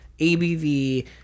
ABV